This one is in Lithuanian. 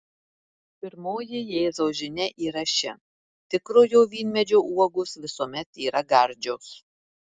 pirmoji jėzaus žinia yra ši tikrojo vynmedžio uogos visuomet yra gardžios